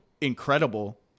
incredible